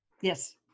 Yes